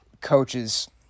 coaches